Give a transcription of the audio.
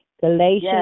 Galatians